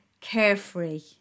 carefree